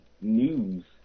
news